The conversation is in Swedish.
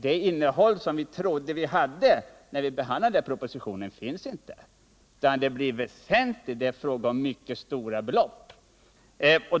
Det innehåll som vi trodde att vi hade när vi behandlade den propositionen finns inte. Det är fråga om reell reduktion med stora belopp.